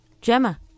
Gemma